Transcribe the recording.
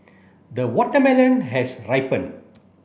the watermelon has ripened